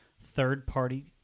third-party